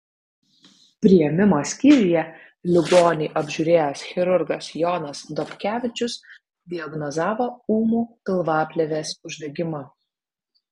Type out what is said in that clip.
priėmimo skyriuje ligonį apžiūrėjęs chirurgas jonas dobkevičius diagnozavo ūmų pilvaplėvės uždegimą